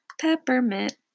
Peppermint